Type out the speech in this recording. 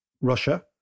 Russia